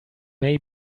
may